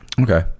Okay